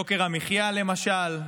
יוקר המחיה למשל,